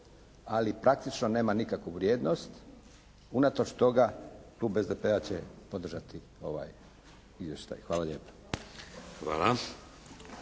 ali praktično nema nikakvu vrijednost. Unatoč toga klub SDP-a će podržati ovaj Izvještaj. Hvala lijepo.